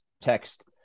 text